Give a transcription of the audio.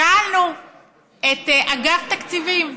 שאלנו את אגף תקציבים: